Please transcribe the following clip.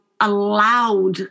allowed